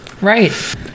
right